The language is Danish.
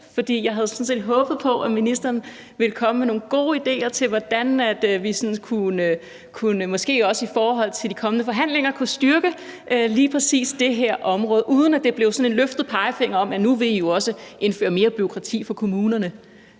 set håbet på, at ministeren ville komme med nogle gode idéer til, hvordan vi, måske også i forhold til de kommende forhandlinger, kunne styrke lige præcis det her område, uden at det blev sådan en løftet pegefinger om, at nu vil I jo også indføre mere bureaukrati for kommunerne.